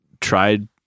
tried